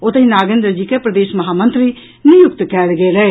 ओतहि नागेन्द्र जी के प्रदेश महामंत्री नियुक्त कयल गेल अछि